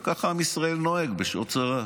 וככה עם ישראל נוהג בשעות צרה.